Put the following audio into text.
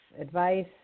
advice